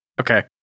Okay